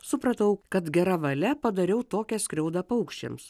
supratau kad geravale padariau tokią skriaudą paukščiams